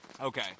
Okay